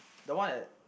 the one at